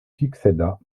succéda